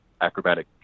acrobatic